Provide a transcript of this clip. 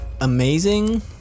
amazing